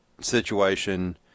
situation